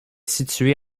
situé